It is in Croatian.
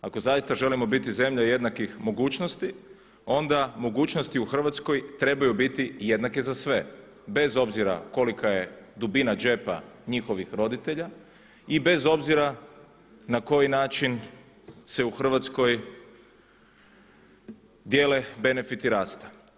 Ako zaista želimo biti zemlja jednakih mogućnosti onda mogućnosti u Hrvatskoj trebaju biti jednake za sve, bez obzira kolika je dubina džepa njihovih roditelja i bez obzira na koji način se u Hrvatskoj dijele benefiti rasta.